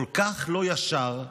כל כך לא ישר,